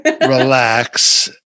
relax